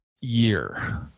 year